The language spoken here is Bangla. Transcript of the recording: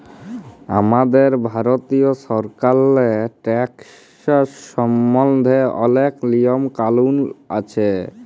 আমাদের ভারতীয় সরকারেল্লে ট্যাকস সম্বল্ধে অলেক লিয়ম কালুল আছে